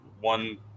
One